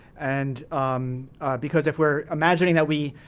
and because if we're imagining that we.